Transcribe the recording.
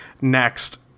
Next